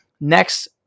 Next